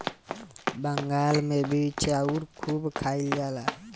बंगाल मे भी चाउर खूब खाइल जाला